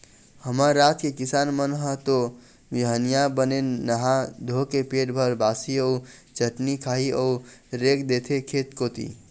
हमर राज के किसान मन ह तो बिहनिया बने नहा धोके पेट भर बासी अउ चटनी खाही अउ रेंग देथे खेत कोती